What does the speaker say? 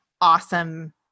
awesome